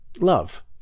Love